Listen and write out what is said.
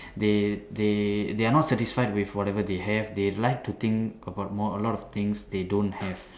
they they they are not satisfied with whatever they have they like to think about more a lot of things they don't have